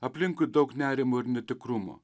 aplinkui daug nerimo ir netikrumo